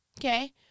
Okay